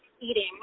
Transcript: eating